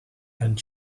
and